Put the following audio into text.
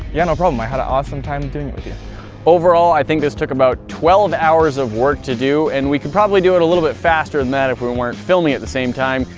yeah. no problem. i had an awesome time doing overall, i think this took about twelve hours of work to do, and we could probably do it a little bit faster than that if we weren't filming at the same time.